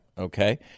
Okay